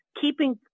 keeping